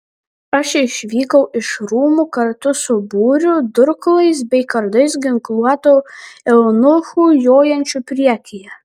aš išvykau iš rūmų kartu su būriu durklais bei kardais ginkluotų eunuchų jojančių priekyje